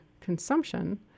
consumption